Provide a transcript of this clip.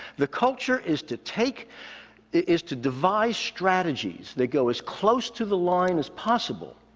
the culture is to take is to devise strategies that go as close to the line as possible,